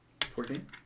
Fourteen